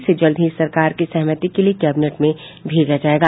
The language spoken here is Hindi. इसे जल्द ही सरकार की सहमति के लिए कैबिनेट में भेजा जायेगा